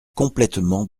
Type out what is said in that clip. complètement